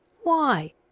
Why